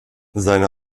seine